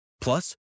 Plus